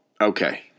okay